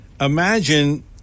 Imagine